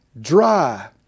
dry